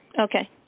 Okay